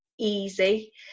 easy